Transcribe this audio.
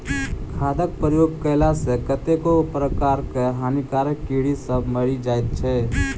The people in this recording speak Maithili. खादक प्रयोग कएला सॅ कतेको प्रकारक हानिकारक कीड़ी सभ मरि जाइत छै